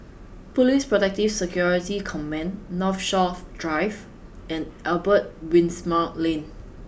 Police Protective Security Command Northshore Drive and Albert Winsemius Lane